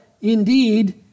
indeed